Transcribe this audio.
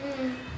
mm